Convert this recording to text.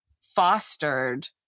fostered